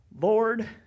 Lord